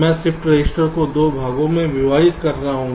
मैं shift register को 2 भागों में विभाजित कर रहा हूं